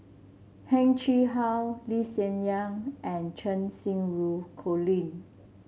Heng Chee How Lee Hsien Yang and Cheng Xinru Colin